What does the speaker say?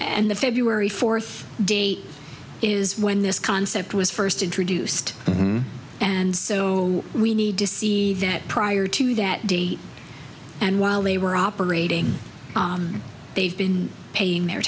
and the february fourth day is when this concept was first introduced and so we need to see that prior to that date and while they were operating they've been paying their